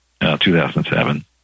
2007